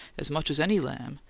as much as any lamb,